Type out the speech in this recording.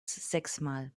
sechsmal